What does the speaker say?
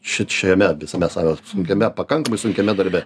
šit šiame visame savo sunkiame pakankamai sunkiame darbe